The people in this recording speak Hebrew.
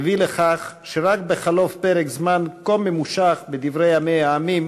הביא לכך שרק בחלוף פרק זמן כה ממושך בדברי ימי העמים